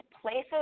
places